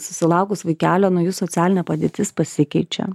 susilaukus vaikelio na jų socialinė padėtis pasikeičia